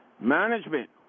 Management